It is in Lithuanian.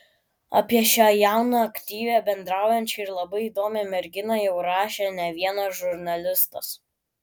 apie šią jauną aktyvią bendraujančią ir labai įdomią merginą jau rašė ne vienas žurnalistas